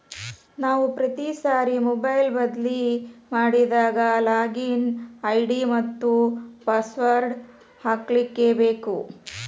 ನಾವು ಪ್ರತಿ ಸಾರಿ ಮೊಬೈಲ್ ಬದ್ಲಿ ಮಾಡಿದಾಗ ಲಾಗಿನ್ ಐ.ಡಿ ಮತ್ತ ಪಾಸ್ವರ್ಡ್ ಹಾಕ್ಲಿಕ್ಕೇಬೇಕು